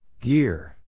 Gear